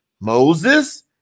Moses